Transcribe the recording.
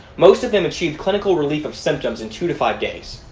most of them achieved clinical relief of symptoms in two to five days.